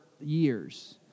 years